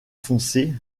foncé